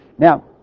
Now